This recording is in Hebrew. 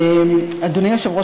אדוני היושב-ראש,